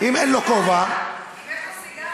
אם אין לו כובע אם יש לו סיגריה,